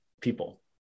people